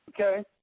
okay